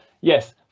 yes